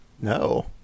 No